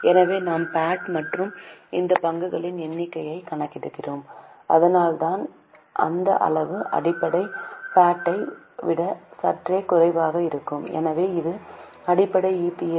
எனவே நாம் பிஏடி மற்றும் அந்த பங்குகளின் எண்ணிக்கையை கணக்கிடுகிறோம் அதனால்தான் அந்த அளவு அடிப்படை பிஏடி யை விட சற்றே குறைவாக இருக்கும் எனவே இது அடிப்படை இபிஎஸ்